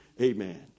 Amen